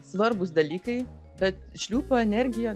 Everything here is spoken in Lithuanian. svarbūs dalykai bet šliūpo energija